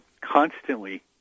constantly